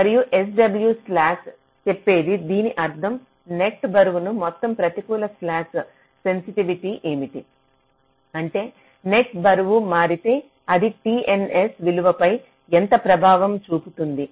మరియు sw slack చెప్పేది దీని అర్థం నెట్ బరువుకు మొత్తం ప్రతికూల స్లాక్ సెన్సిటివిటీ ఏమిటి అంటే నెట్ బరువు మారితే అది TNS విలువపై ఎంత ప్రభావం చూపుతుంది